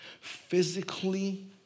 Physically